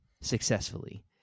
successfully